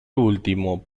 último